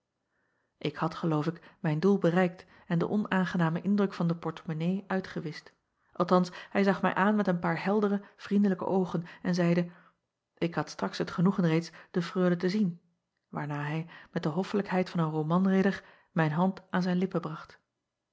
k had geloof ik mijn doel bereikt en den onaangenamen indruk van den porte monnaie uitgewischt althans hij zag mij aan met een paar heldere vriendelijke oogen en zeide acob van ennep laasje evenster delen k had straks het genoegen reeds de reule te zien waarna hij met de hoffelijkheid van een romanridder mijn hand aan zijn lippen bracht